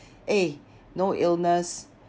eh no illness